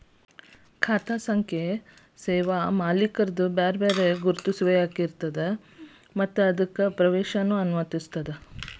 ಖಾತಾ ಸಂಖ್ಯೆಯು ಸೇವೆಯ ಮಾಲೇಕರ ಅನನ್ಯ ಗುರುತಿಸುವಿಕೆಯಾಗಿರ್ತದ ಮತ್ತ ಅದಕ್ಕ ಪ್ರವೇಶವನ್ನ ಅನುಮತಿಸುತ್ತದ